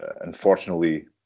Unfortunately